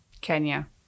Kenya